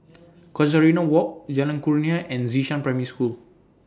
Casuarina Walk Jalan Kurnia and Xishan Primary School